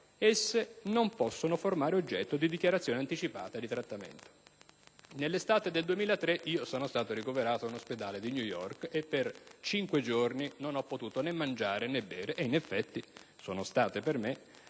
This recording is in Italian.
Esse non possono formare oggetto di dichiarazione anticipata di trattamento». Nell'estate 2003 sono stato ricoverato in un ospedale di New York e per cinque giorni non ho potuto né mangiare né bere. In effetti questi